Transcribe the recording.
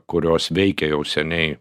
kurios veikia jau seniai